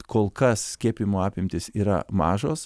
kol kas skiepijimo apimtys yra mažos